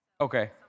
Okay